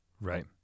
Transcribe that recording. Right